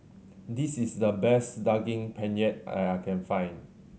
this is the best Daging Penyet that I can find